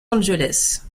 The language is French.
angeles